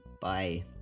Bye